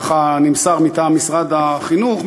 ככה נמסר מטעם משרד החינוך,